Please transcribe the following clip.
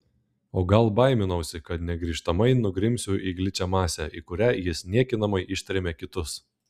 o gal baiminausi kad negrįžtamai nugrimsiu į gličią masę į kurią jis niekinamai ištrėmė kitus